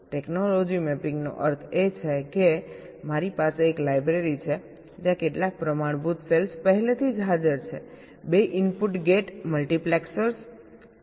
technology mapping નો અર્થ છે કે મારી પાસે એક લાઈબ્રેરી છે જ્યાં કેટલાક પ્રમાણભૂત સેલ્સ પહેલેથી હાજર છેબે ઇનપુટ ગેટ મલ્ટિપ્લેક્સર્સ આ પ્રકારની વસ્તુઓ હોઈ શકે છે